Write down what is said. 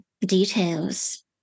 details